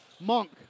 Monk